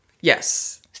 Yes